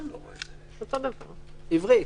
עברית.